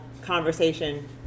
conversation